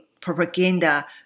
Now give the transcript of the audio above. propaganda